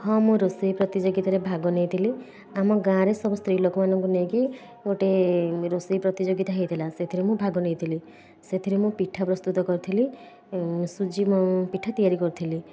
ହଁ ମୁଁ ରୋଷେଇ ପ୍ରତିଯୋଗିତାରେ ଭାଗ ନେଇଥିଲି ଆମ ଗାଁରେ ସବୁ ସ୍ତ୍ରୀ ଲୋକମାନଙ୍କୁ ନେଇକି ଗୋଟେ ରୋଷେଇ ପ୍ରତିଯୋଗିତା ହେଇଥିଲା ସେଥିରେ ମୁଁ ଭାଗ ନେଇଥିଲି ସେଥିରେ ମୁଁ ପିଠା ପ୍ରସ୍ତୁତ କରିଥିଲି ସୁଜି ମୁଁ ପିଠା ତିଆରି କରିଥିଲି